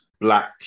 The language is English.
black